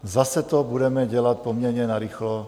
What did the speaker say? Zase to budeme dělat poměrně narychlo.